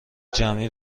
جمعی